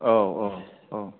औ औ औ